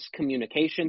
miscommunication